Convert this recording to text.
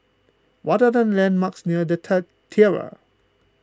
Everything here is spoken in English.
what are the landmarks near the Tiara